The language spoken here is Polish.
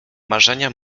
marzenia